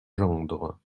gendre